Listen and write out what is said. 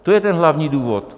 To je ten hlavní důvod.